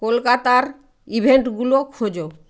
কলকাতার ইভেন্টগুলো খোঁজো